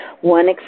One